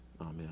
Amen